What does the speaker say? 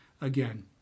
again